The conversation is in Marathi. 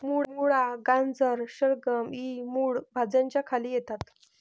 मुळा, गाजर, शलगम इ मूळ भाज्यांच्या खाली येतात